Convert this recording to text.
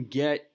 get